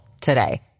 today